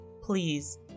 please